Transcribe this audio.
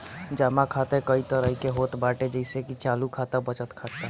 जमा खाता कई तरही के होत बाटे जइसे की चालू खाता, बचत खाता